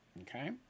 Okay